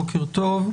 בוקר טוב,